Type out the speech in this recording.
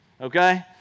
okay